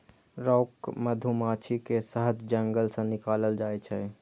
rock मधुमाछी के शहद जंगल सं निकालल जाइ छै